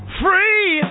free